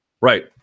Right